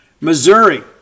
Missouri